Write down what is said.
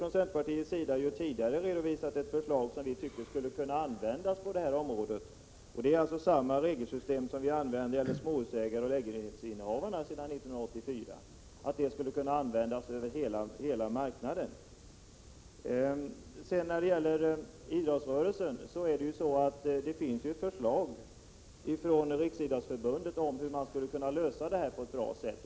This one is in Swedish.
Från centerpartiets sida har vi ju redan tidigare redovisat ett förslag som vi tycker skulle kunna användas på detta område. Det är alltså fråga om att samma regler skulle kunna användas för hela marknaden som de som sedan 1984 gäller för småhusägare och lägenhetsinnehavare. När det gäller idrottsrörelsen finns det ju ett förslag från Riksidrottsförbundet om hur problemet skulle kunna lösas på ett bra sätt.